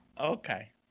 Okay